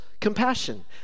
compassion